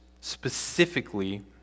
specifically